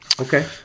Okay